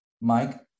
Mike